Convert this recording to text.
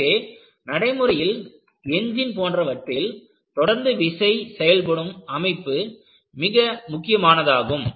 எனவே நடைமுறையில் எஞ்சின் போன்றவற்றில் தொடர்ந்து விசை செயல்படும் அமைப்பு மிக முக்கியமானதாகும்